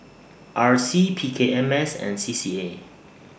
R C P K M S and C C A